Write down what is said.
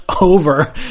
over